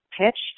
pitched